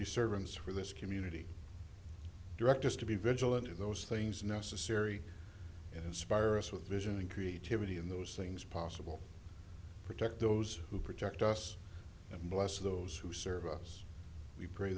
be servants for this community direct us to be vigilant of those things necessary and inspire us with vision and creativity in those things possible protect those who protect us and bless those who serve us we pray